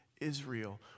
Israel